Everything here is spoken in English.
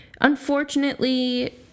unfortunately